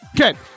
Okay